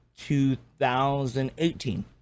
2018